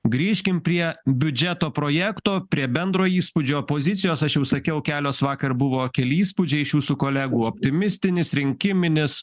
grįžkim prie biudžeto projekto prie bendro įspūdžio opozicijos aš jau sakiau kelios vakar buvo keli įspūdžiai iš jūsų kolegų optimistinis rinkiminis